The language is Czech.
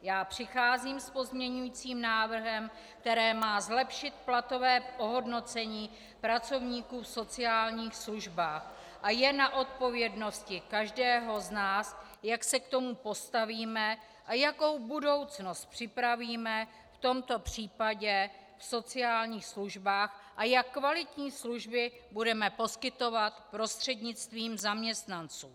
Já přicházím s pozměňujícím návrhem, který má zlepšit platové ohodnocení pracovníků v sociálních službách, a je na odpovědnosti každého z nás, jak se k tomu postavíme a jakou budoucnost připravíme v tomto případě v sociálních službách a jak kvalitní služby budeme poskytovat prostřednictvím zaměstnanců.